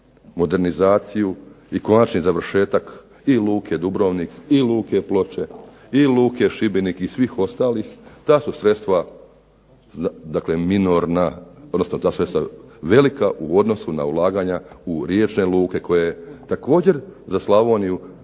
modernizaciju i konačni završetak i Luke Dubrovnik i Luke Ploče i Luke Šibenik i svih ostalih da su sredstva minorna odnosno ta sredstva velika u odnosu na ulaganja u riječne luke koje također za Slavoniju,